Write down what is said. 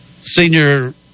senior